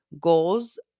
Goals